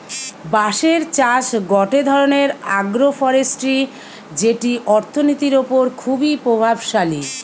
বাঁশের চাষ গটে ধরণের আগ্রোফরেষ্ট্রী যেটি অর্থনীতির ওপর খুবই প্রভাবশালী